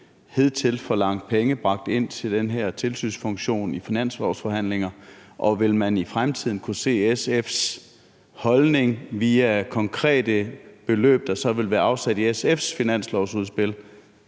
hidtil forlangt penge bragt ind til den her tilsynsfunktion i finanslovsforhandlingerne, og vil man i fremtiden kunne se SF's holdning via konkrete beløb, der så vil være afsat i SF's finanslovsudspil?